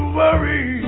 worry